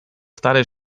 starej